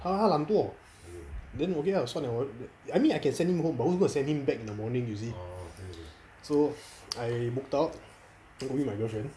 他他懒惰 then okay ah 算 liao I mean I can send him home but who going to send him back in the morning you see so I booked out go meet my girlfriend